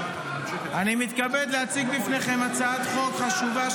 אני מתכבד להציג בפניכם הצעת חוק חשובה,